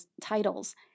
titles